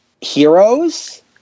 heroes